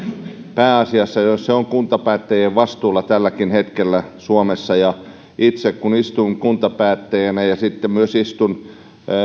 pääasiassa se on kuntapäättäjien vastuulla jo tälläkin hetkellä suomessa ja itse kun istun kuntapäättäjänä ja myös